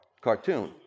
cartoon